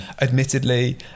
admittedly